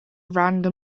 random